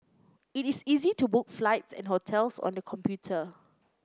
it is easy to book flights and hotels on the computer